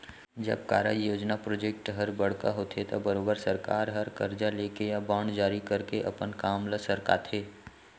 जब कारज, योजना प्रोजेक्ट हर बड़का होथे त बरोबर सरकार हर करजा लेके या बांड जारी करके अपन काम ल सरकाथे